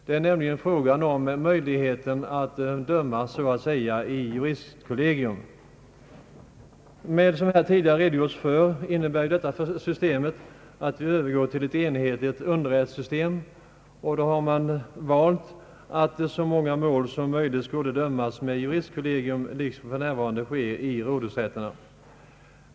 Det är nämligen fråga om möjligheten att döma så att säga i juristkollegium. Såsom tidigare har redogjorts för innebär detta system att vi övergår till ett enhetligt underrättssystem. Då har man valt att så många mål som möjligt skulle dömas av ju ristkollegium, såsom för närvarande sker i rådhusrätterna.